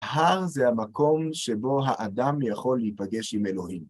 הר זה המקום שבו האדם יכול להיפגש עם אלוהים.